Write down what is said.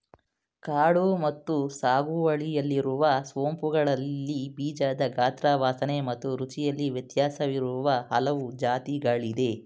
ಕಾಡು ಮತ್ತು ಸಾಗುವಳಿಯಲ್ಲಿರುವ ಸೋಂಪುಗಳಲ್ಲಿ ಬೀಜದ ಗಾತ್ರ ವಾಸನೆ ಮತ್ತು ರುಚಿಯಲ್ಲಿ ವ್ಯತ್ಯಾಸವಿರುವ ಹಲವು ಜಾತಿಗಳಿದೆ